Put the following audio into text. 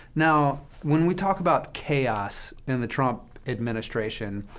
now, when we talk about chaos in the trump administration,